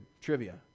Trivia